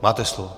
Máte slovo.